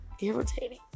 irritating